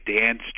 dance